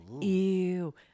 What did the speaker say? Ew